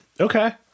Okay